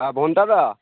হ্যাঁ ভোন্টা দা